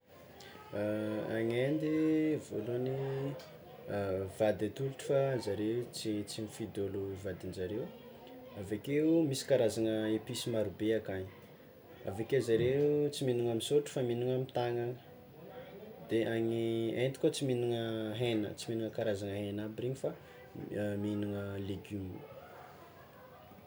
Any Inde, voalohany, vady atolotro fa zare tsy mifidy olo vadianjareo, avekeo misy karazagna episy marobe akany, aveke zare tsy mihignana amy sotro fa mihignana amy tagnagna, de any Inde koa tsy mihignana hegna tsy mihignana karazana hegna aby regny fa mihignana legioma.